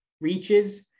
reaches